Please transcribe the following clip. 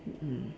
mm